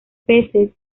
peces